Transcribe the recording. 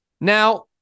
Now